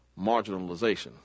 marginalization